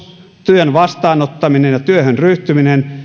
työn vastaanottaminen ja työhön ryhtyminen